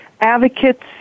Advocates